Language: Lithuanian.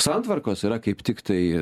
santvarkos yra kaip tiktai